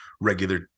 regular